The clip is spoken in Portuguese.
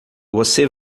você